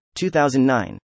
2009